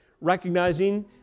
recognizing